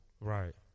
Right